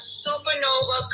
supernova